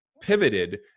pivoted